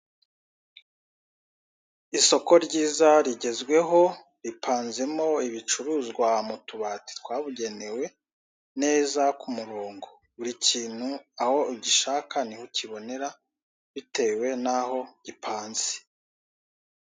Isoko ryiza rigezweho ripanzemo ibicuruzwa mu tubati twabugenewe neza ku murongo, buri kintu aho ugishaka niho ukibonera bitewe n'aho gipanze.